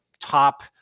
top